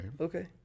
okay